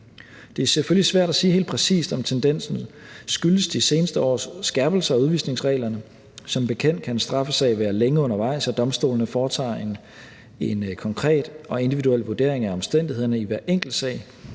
Det er selvfølgelig svært at sige helt præcist, om tendensen skyldes de seneste års skærpelser af udvisningsreglerne. Som bekendt kan en straffesag være længe undervejs, og domstolene foretager en konkret og individuel vurdering af omstændighederne i hver enkelt sag,